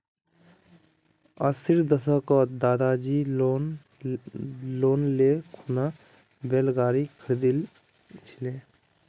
अस्सीर दशकत दादीजी लोन ले खूना बैल गाड़ी खरीदिल छिले